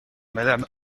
madame